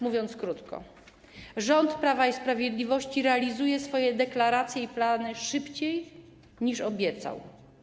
Mówiąc krótko, rząd Prawa i Sprawiedliwości realizuje swoje deklaracje i plany szybciej, niż obiecał.